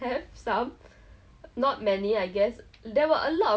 love that about myself but then now is like becoming more and more introverted is like